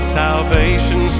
salvation